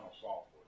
software